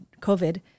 COVID